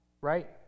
Right